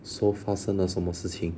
so 发生了什么事情